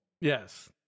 Yes